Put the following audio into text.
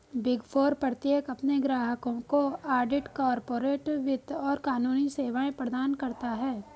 big four प्रत्येक अपने ग्राहकों को ऑडिट, कॉर्पोरेट वित्त और कानूनी सेवाएं प्रदान करता है